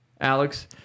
Alex